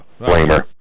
Blamer